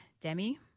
Demi